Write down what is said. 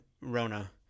rona